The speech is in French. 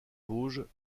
vosges